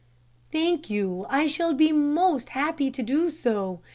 thank you i shall be most happy to do so.